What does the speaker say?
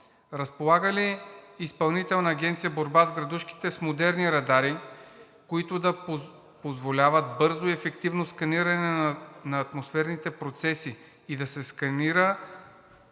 разполага ли Изпълнителна агенция „Борба с градушките“ с модерни радари, които да позволяват бързо и ефективно сканиране на атмосферните процеси и да се сканира